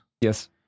Yes